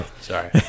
Sorry